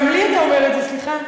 גם לי אתה אומר את זה, סליחה.